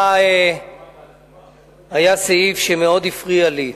היה סעיף שמאוד הפריע לי,